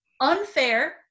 unfair